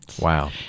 Wow